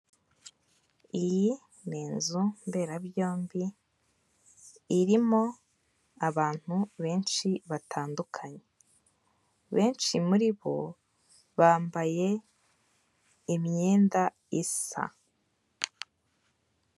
Iyi ni inzu mberabyombi, irimo abantu benshi batandukanye. Benshi muri bo bambaye imyenda isa.